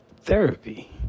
therapy